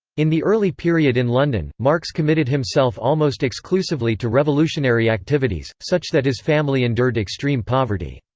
in the early period in london, marx committed himself almost exclusively to revolutionary activities, such that his family endured extreme poverty.